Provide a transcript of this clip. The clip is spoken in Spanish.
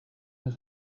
los